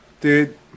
Dude